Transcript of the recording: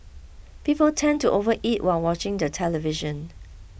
people tend to overeat while watching the television